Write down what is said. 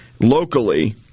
locally